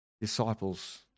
disciples